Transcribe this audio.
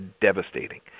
devastating